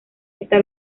esta